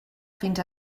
fins